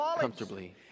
comfortably